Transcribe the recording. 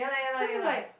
cause is like